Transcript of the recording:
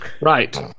Right